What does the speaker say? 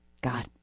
god